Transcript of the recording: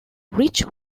rich